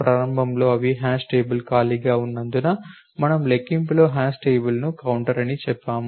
ప్రారంభంలో అవి hash table ఖాళీగా ఉన్నందున మనము లెక్కింపులో హ్యాష్ టేబుల్లోని కౌంటర్ ని సెట్ చేశాము